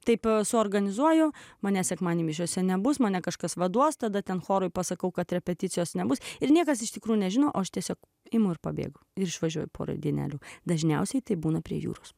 taip suorganizuoju mane sekmadienį mišiose nebus mane kažkas vaduos tada ten chorui pasakau kad repeticijos nebus ir niekas iš tikrųjų nežino aš tiesiog imu ir pabėgu ir išvažiuoju porai dienelių dažniausiai tai būna prie jūros